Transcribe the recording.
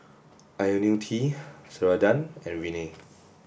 Ionil T Ceradan and Rene